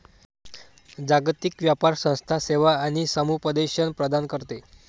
जागतिक व्यापार संस्था सेवा आणि समुपदेशन प्रदान करते